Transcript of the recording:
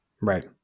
Right